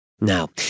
Now